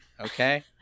Okay